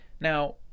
Now